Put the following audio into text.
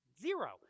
Zero